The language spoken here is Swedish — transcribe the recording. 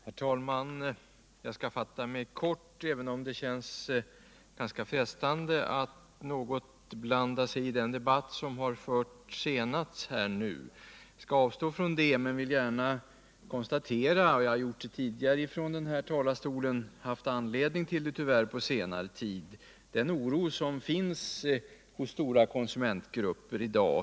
Herr talman! Jag skall fatta mig kort, även om det känns ganska frestande att något blanda sig i den nu senast förda debatten. Jag skall avstå från det men vill konstatera — tyvärr har jag på senare tid redan haft anledning att framhålla det från denna talarstol — att det finns en oro bland stora konsumentgrupper i dag.